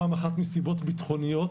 פעם אחת מסיבות ביטחוניות,